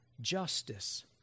Justice